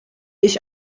ich